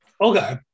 Okay